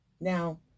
Now